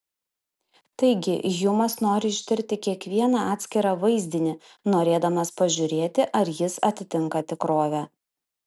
taigi hjumas nori ištirti kiekvieną atskirą vaizdinį norėdamas pažiūrėti ar jis atitinka tikrovę